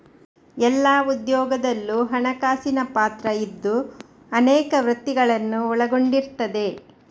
ಎಲ್ಲಾ ಉದ್ಯೋಗದಲ್ಲೂ ಹಣಕಾಸಿನ ಪಾತ್ರ ಇದ್ದು ಅನೇಕ ವೃತ್ತಿಗಳನ್ನ ಒಳಗೊಂಡಿರ್ತದೆ